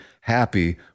happy